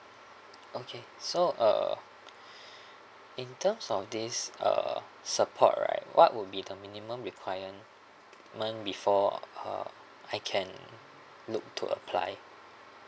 okay so uh in terms of this uh support right what would be the minimum requirement before uh I can look to apply